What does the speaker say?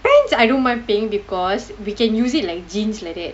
pants I don't mind paying because we can use it like jeans like that